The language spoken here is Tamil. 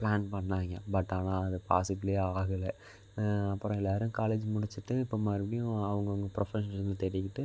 ப்ளான் பண்ணாங்க பட் ஆனால் அது பாஸிபில் ஆகலை அப்புறம் எல்லோரும் காலேஜ் முடிச்சுட்டு இப்போ மறுபடியும் அவங்கவுங்க ப்ரொஃபஷன்லை தேடிக்கிட்டு